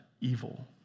evil